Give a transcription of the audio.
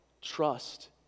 trust